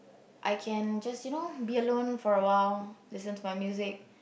I can just you know be alone for a while listen to my music